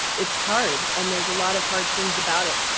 it's hard and there's a lot of hard things about it,